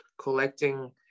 collecting